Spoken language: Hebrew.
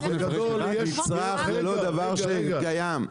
רגע רגע,